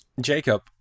Jacob